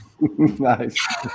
Nice